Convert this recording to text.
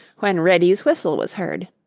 when reddy's whistle was heard.